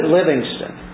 Livingston